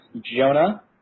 Jonah